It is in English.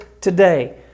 today